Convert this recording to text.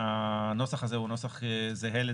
הנוסח הזה הוא נוסח זהה,